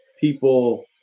people